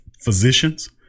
physicians